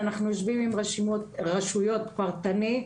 אנחנו יושבים עם רשויות פרטני,